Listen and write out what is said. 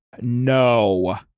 No